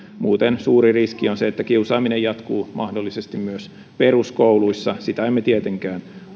muuten suuri riski on se että kiusaaminen jatkuu mahdollisesti myös peruskoulussa sitä emme tietenkään